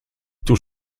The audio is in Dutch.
toen